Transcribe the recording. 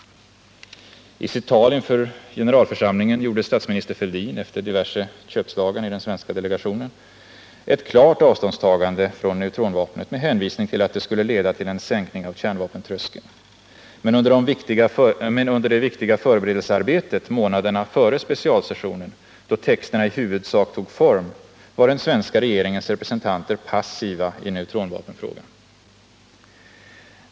I sitt tal inför generalförsamlingen gjorde statsminister Fälldin, efter diverse köpslagan inom den svenska delegationen, ett klart avståndstagande från neutronvapnet med hänvisning till att det skulle leda till en sänkning av kärnvapentröskeln. Men under det viktiga förberedelsearbetet månaderna före specialsessionen, då texterna i huvudsak tog form, var den svenska regeringens representanter passiva i neutronvapenfrågan.